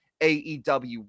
AEW